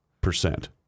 percent